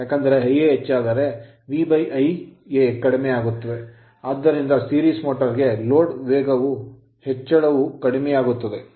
ಏಕೆಂದರೆ Ia ಹೆಚ್ಚಾದರೆ ಆದ್ದರಿಂದ V Ia ಕಡಿಮೆಯಾಗುತ್ತದೆ ಆದ್ದರಿಂದ series motor ಸರಣಿ ಮೋಟರ್ ಗೆ load ಲೋಡ್ ವೇಗದ ಹೆಚ್ಚಳವು ಕಡಿಮೆಯಾಗುತ್ತದೆ